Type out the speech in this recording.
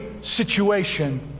situation